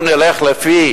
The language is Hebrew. אם נלך לפי